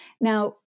Now